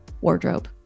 wardrobe